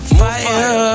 fire